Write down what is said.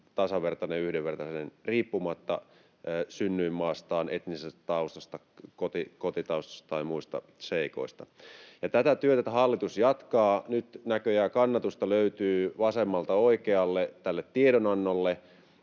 tasavertainen ja yhdenvertainen riippumatta synnyinmaastaan, etnisestä taustastaan, kotitaustastaan tai muista seikoista. Tätä työtä hallitus jatkaa — nyt näköjään kannatusta tälle tiedonannolle